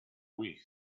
wii